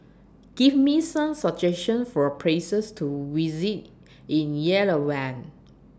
Give Me Some suggestions For Places to visit in Yerevan